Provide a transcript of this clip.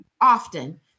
often